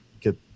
get